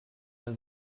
der